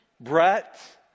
Brett